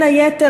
בין היתר,